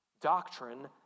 Doctrine